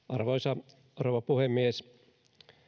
arvoisa rouva puhemies